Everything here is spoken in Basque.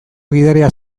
gidaria